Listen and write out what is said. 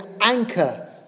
anchor